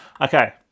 Okay